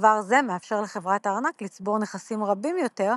דבר זה מאפשר לחברת הארנק לצבור נכסים רבים יותר,